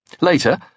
Later